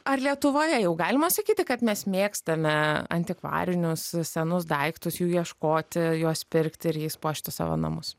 ar lietuvoje jau galima sakyti kad mes mėgstame antikvarinius senus daiktus jų ieškoti juos pirkti ir jais puošti savo namus